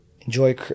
enjoy